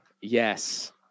Yes